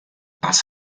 was